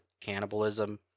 cannibalism